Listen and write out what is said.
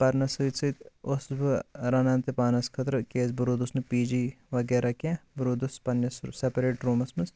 پَرنَس سۭتۍ سۭتۍ اوسُس بہٕ رَنان تہِ پانَس خٲطرٕ کیاز بہٕ روٗدُس نہٕ پی جی وَغیرَہ کینٛہہ بہٕ روٗدُس پَننِس سیپریٚٹ روٗمَس منٛز